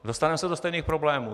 Dostaneme se do stejných problémů.